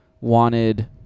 wanted